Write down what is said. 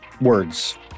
words